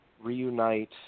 reunite